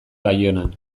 baionan